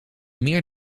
meer